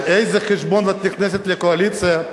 על איזה חשבון את נכנסת לקואליציה,